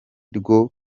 rwo